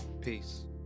peace